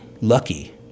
Lucky